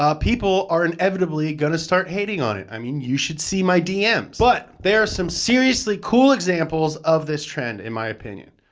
people are inevitably going to start hating on it. i mean, you should see my dms, but there are some seriously cool examples of this trend in my opinion,